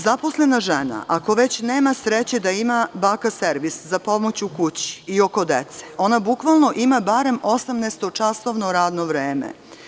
Zaposlena žena, ako već nema sreće da ima „baka servis“ za pomoć u kući i oko dece, ona bukvalno ima barem osamnaestočasovno radno vreme.